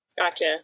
Gotcha